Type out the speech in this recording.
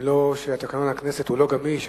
תקנון הכנסת הוא לא גמיש,